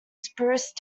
spruce